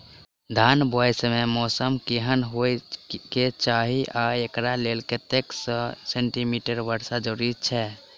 धान बुआई समय मौसम केहन होइ केँ चाहि आ एकरा लेल कतेक सँ मी वर्षा जरूरी छै?